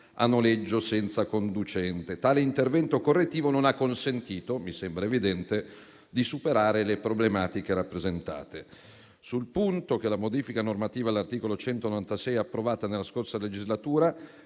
a noleggio senza conducente, ma tale intervento correttivo non ha consentito di superare - come mi sembra evidente - le problematiche rappresentate. Sul punto, la modifica normativa all'articolo 196 approvata nella scorsa legislatura